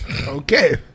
Okay